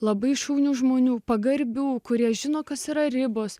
labai šaunių žmonių pagarbių kurie žino kas yra ribos